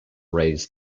raised